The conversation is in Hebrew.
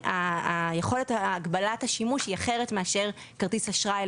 יכולת הגבלת השימוש היא אחרת מאשר כרטיס אשראי,